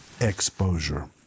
exposure